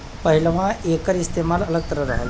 पहिलवां एकर इस्तेमाल अलग रहल